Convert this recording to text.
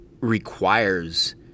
requires